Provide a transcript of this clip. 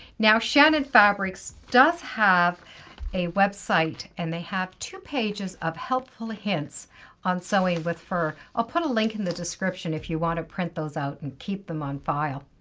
shannon fabrics does have a website and they have two pages of helpful hints on sewing with fur. i'll put a link in the description if you want to print those out and keep them on file.